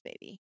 baby